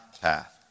path